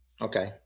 Okay